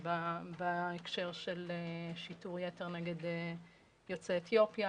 בהקשר של שיטור יתר נגד יוצאי אתיופיה,